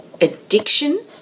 addiction